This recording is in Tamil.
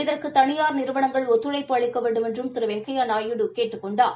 இதற்கு தனியாா் நிறுவனங்கள் ஒத்துழைப்பு அளிக்க வேண்டுமென்று திரு வெங்கையா நாயுடு கேட்டுக் கொண்டார்